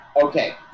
okay